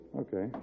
Okay